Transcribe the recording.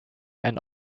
and